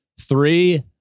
Three